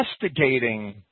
investigating